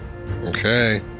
Okay